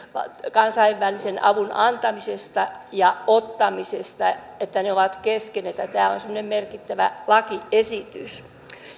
kansainvälisen avun antamisesta ja ottamisesta että ne ne ovat kesken että tämä on semmoinen merkittävä lakiesitys